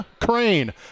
Crane